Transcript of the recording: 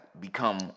become